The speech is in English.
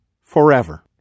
forever